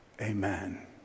Amen